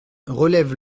relève